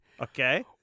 Okay